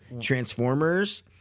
Transformers